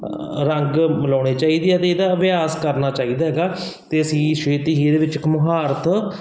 ਰੰਗ ਮਿਲਾਉਣੇ ਚਾਹੀਦੇ ਆ ਅਤੇ ਇਹਦਾ ਅਭਿਆਸ ਕਰਨਾ ਚਾਹੀਦਾ ਹੈਗਾ ਅਤੇ ਅਸੀਂ ਛੇਤੀ ਹੀ ਇਹਦੇ ਵਿੱਚ ਇੱਕ ਮੁਹਾਰਤ